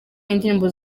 indirimbo